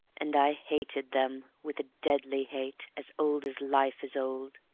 and i hated them with a deadly hate as old as life is old.